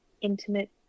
intimate